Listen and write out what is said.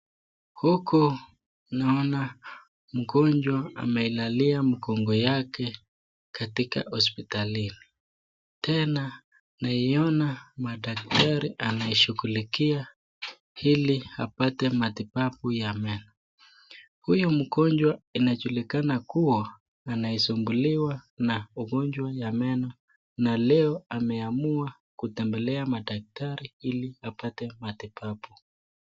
Huko naona mgonjwa amelalia mkongo yake katika hospitalini. Tena naiona madaktari anayeshughulikia hili apate matibabu ya meno. Huyu mgonjwa inajulikana kuwa anaisumbuliwa na ugonjwa ya meno na leo ameamua kutembelea madaktari ili apate matibabu.